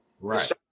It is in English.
Right